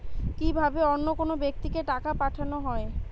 কি ভাবে অন্য কোনো ব্যাক্তিকে টাকা পাঠানো হয়?